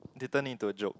little need to a joke